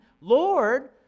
Lord